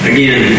Again